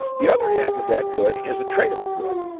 the other half of that good is a tradable good.